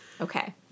Okay